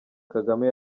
kagame